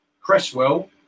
Cresswell